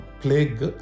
plague